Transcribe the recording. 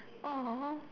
!aww!